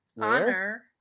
Honor